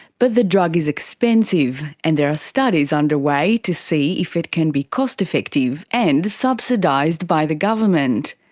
but the drug is expensive, and there are studies underway to see if it can be cost effective and subsidised by the government.